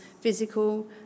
physical